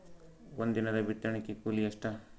ಒಂದಿನದ ಬಿತ್ತಣಕಿ ಕೂಲಿ ಎಷ್ಟ?